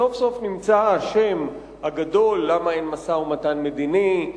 נמצא האשם הגדול למה אין משא-ומתן מדיני,